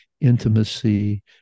intimacy